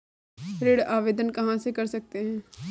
ऋण आवेदन कहां से कर सकते हैं?